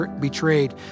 betrayed